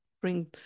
Bring